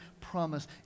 promise